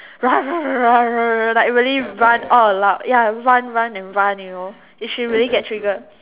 like really run all aloud ya run run and run you know if she really get triggered